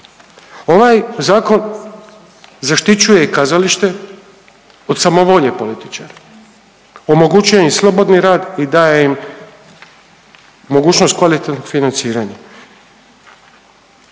Ovaj zakon zaštićuje i kazalište od samovolje političara, omogućuje im slobodni rad i daje im mogućnost kvalitetnog financiranja.